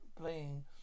playing